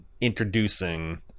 introducing